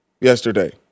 yesterday